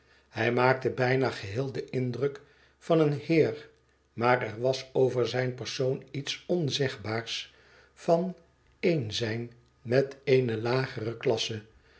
hij maakte bijna geheel den indruk van een heer maar er was over zijn persoon iets onzegbaars van één zijn met eene lagere klasse